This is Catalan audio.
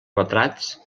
retrats